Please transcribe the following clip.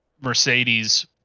Mercedes